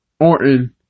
Orton